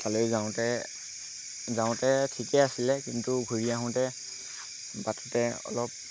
তালৈ যাওঁতে যাওঁতে ঠিকেই আছিলে কিন্তু ঘূৰি আহোঁতে বাটতে অলপ